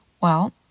Well